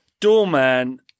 doorman